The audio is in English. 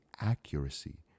accuracy